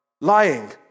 Lying